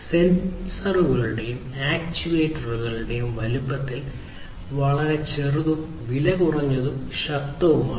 സെൻസറുകളും ആക്യുവേറ്ററുകളും വലുപ്പത്തിൽ വളരെ ചെറുതും വിലകുറഞ്ഞതും ശക്തവുമാണ്